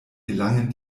gelangen